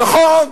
נכון.